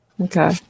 Okay